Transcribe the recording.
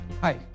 Hi